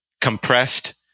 compressed